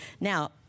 Now